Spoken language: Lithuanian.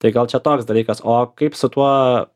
tai gal čia toks dalykas o kaip su tuo